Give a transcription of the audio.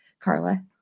Carla